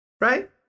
right